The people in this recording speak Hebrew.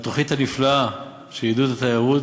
על התוכנית הנפלאה של עידוד התיירות.